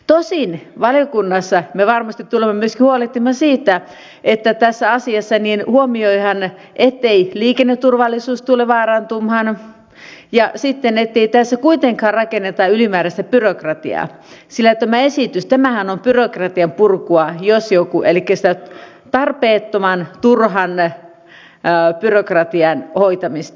tosin valiokunnassa me varmasti tulemme myöskin huolehtimaan siitä että tässä asiassa huomioidaan ettei liikenneturvallisuus tule vaarantumaan ja ettei tässä kuitenkaan rakenneta ylimääräistä byrokratiaa sillä tämä esityshän on byrokratian purkua jos mikä elikkä sitä tarpeettoman turhan byrokratian hoitamista